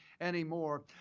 anymore